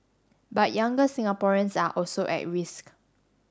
but younger Singaporeans are also at risk